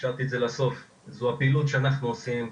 השארתי את זה לסוף, זו הפעילות שאנחנו עושים,